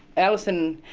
alison,